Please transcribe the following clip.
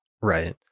Right